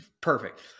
Perfect